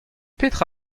petra